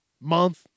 month